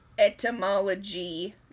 Etymology